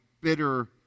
bitter